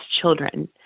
children